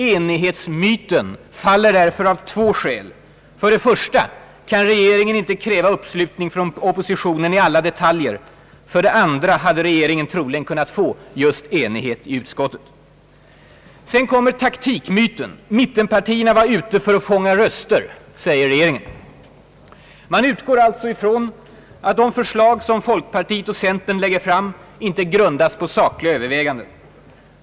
Enighetsmyten faller alltså av två skäl. För det första kan regeringen inte kräva uppslutning från oppositionen i alla detaljer. För det andra hade regeringen troligen kunnat få just enighet i utskottet. Sedan kommer taktikmyten. Mittenpartierna var ute för att fånga röster, säger regeringen. Man utgår alltså från att det förslag som folkpartiet och centern lägger fram inte grundas på sakliga överväganden.